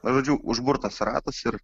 žodžiu užburtas ratas ir